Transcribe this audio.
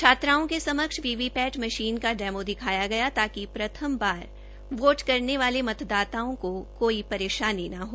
छात्राओं के समक्ष वीवीपैट मशीन का डेमो दिखाया गया ताकि प्रथम बार वोट करने मतदाताओं को कोई परेशानी न हो